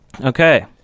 Okay